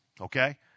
okay